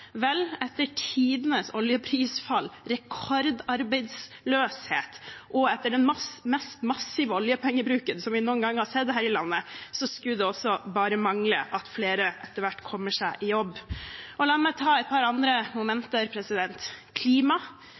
Vel, etter tidenes oljeprisfall, rekordarbeidsløshet og den mest massive oljepengebruken som vi noen gang har sett her i landet, skulle det bare mangle om ikke flere etter hvert kommer seg i jobb. La meg nevne et par andre momenter: